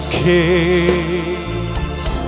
case